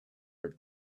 are